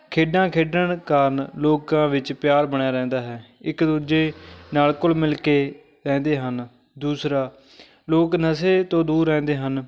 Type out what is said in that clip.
ਖੇਡਾਂ ਖੇਡਣ ਕਾਰਨ ਲੋਕਾਂ ਵਿੱਚ ਪਿਆਰ ਬਣਿਆ ਰਹਿੰਦਾ ਹੈ ਇੱਕ ਦੂਜੇ ਨਾਲ ਘੁਲ ਮਿਲ ਕੇ ਰਹਿੰਦੇ ਹਨ ਦੂਸਰਾ ਲੋਕ ਨਸ਼ੇ ਤੋਂ ਦੂਰ ਰਹਿੰਦੇ ਹਨ